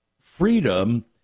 Freedom